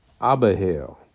Abahel